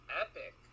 epic